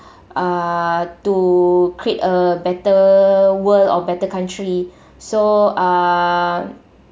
(uh)to create a better world or better country so uh